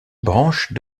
branche